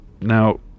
Now